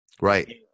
Right